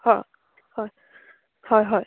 হয় হয় হয় হয়